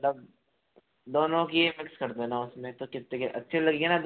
मतलब दोनों की ये मिक्स कर देना उसमें तो कितने के अच्छी लगेगी न दोनों